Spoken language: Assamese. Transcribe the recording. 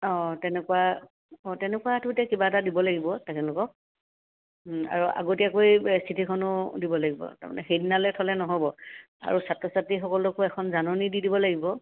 অঁ তেনেকুৱা অঁ তেনেকুৱাটো তে কিবা এটা দিব লাগিব তেখেতলোকক আৰু আগতীয়াকৈ চিঠিখনো দিব লাগিব তাৰমানে সেইদিনালৈ থ'লে নহ'ব আৰু ছাত্ৰ ছাত্ৰীসকলকো এখন জাননী দি দিব লাগিব